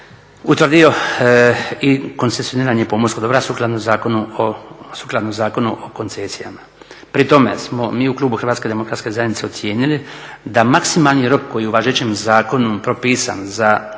utvrdio i koncesioniranje pomorskog dobra sukladno Zakonu o koncesijama. Pri tome smo mi u klubu HDZ-a ocijenili da maksimalni rok koji je u važećem zakonu propisan za koncesioniranje